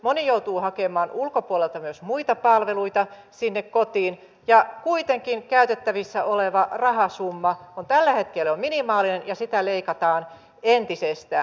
moni joutuu hakemaan ulkopuolelta myös muita palveluita sinne kotiin ja kuitenkin käytettävissä oleva rahasumma on tällä hetkellä minimaalinen ja sitä leikataan entisestään